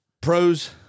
Pros